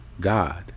god